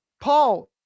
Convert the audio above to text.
Paul